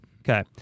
Okay